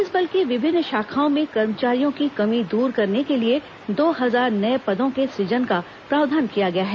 police बल की विभिन्न शाखाओं में कर्मचारियों की कमी दूर करने के लिए दो हजार नए पदों के सुजन का प्रावधोन किया गया है